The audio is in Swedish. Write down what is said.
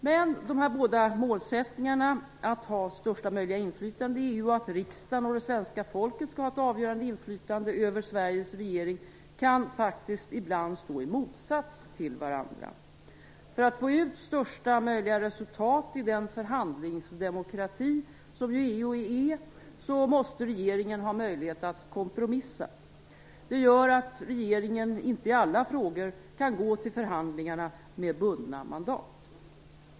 Men dessa båda målsättningar, att ha största möjliga inflytande i EU och att riksdagen och det svenska folket skall ha ett avgörande inflytande över Sveriges regering, kan faktiskt ibland stå i motsats till varandra. För att få ut största möjliga resultat i den förhandlingsdemokrati som EU ju är, måste regeringen ha möjlighet att kompromissa. Det gör att regeringen inte i alla frågor kan gå till förhandlingarna med bundna mandat.